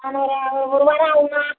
அது ஒரு ஒ ஒரு வாரம் ஆகும்மா